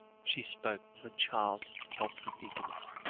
she spoke with a child's impulsive eagerness,